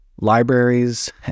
libraries